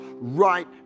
right